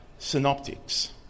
Synoptics